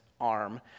arm